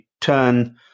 turn